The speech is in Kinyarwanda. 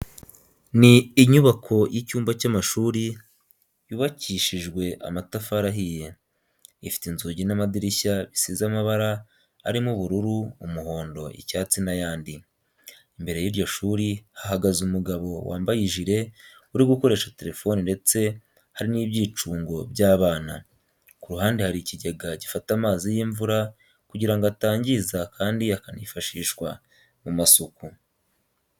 Ni inyubako y'icyumba cy'amashuri yubakishijwe amatafari ahiye, ifite inzugi n'amadirishya bisize amabara arimo ubururu, umuhondo, icyatsi n'ayandi. Imbere y'iryo shuri hahagaze umugabo wambaye ijire uri gukoresha telefone ndetse hari n'ibyicunog by'abana. Ku ruhande hari ikigega gifata amazi y'imvura kugira ngo atangiza kandi akanifashishwa mu masuku.